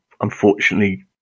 Unfortunately